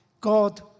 God